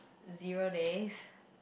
zero days